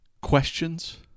Questions